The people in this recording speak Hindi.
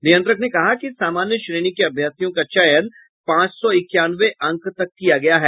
नियंत्रक ने कहा कि सामन्य श्रेणी के अभ्यर्थियों का चयन पांच सौ इक्यानवे अंक तक किया गया है